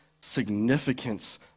significance